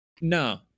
no